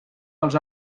els